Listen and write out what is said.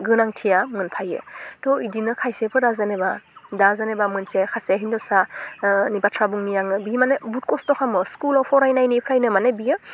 गोनांथिया मोनफायो थह इदिनो खायसेफोरा जेनेबा दा जेनेबा मोनसे खासे हिन्जावसा बाथ्रा बुंनि आङो बि मानो बुहुत खस्थ खालामो स्कुलाव फरायनायनिफ्राय माने बियो